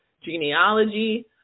genealogy